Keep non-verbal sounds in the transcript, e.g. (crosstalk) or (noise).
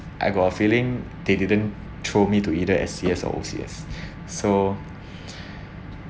I got a feeling they didn't told me to either S_C_S or O_C_S (breath) so (breath)